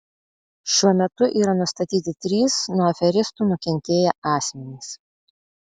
šiuo metu yra nustatyti trys nuo aferistų nukentėję asmenys